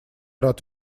рад